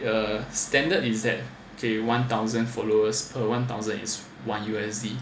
the standard is that okay one thousand followers per one thousand and one U_S_D